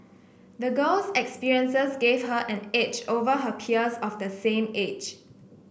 the girl's experiences gave her an edge over her peers of the same age